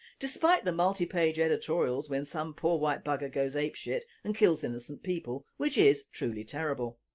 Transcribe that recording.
despite the multi page editorials when some poor white bugger goes apeshit and kills innocent people, which is truly terrible.